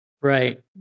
Right